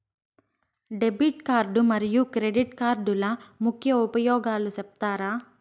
Debit card మరియు credit కార్డుల ముఖ్య ఉపయోగాలు సెప్తారా?